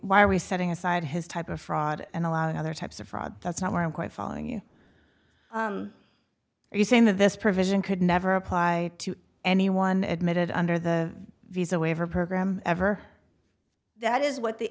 why are we setting aside his type of fraud and a lot of other types of fraud that's not why i'm quite following you are you saying that this provision could never apply to anyone admittedly under the visa waiver program ever that is what the